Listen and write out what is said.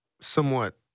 somewhat